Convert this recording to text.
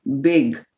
big